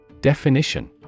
Definition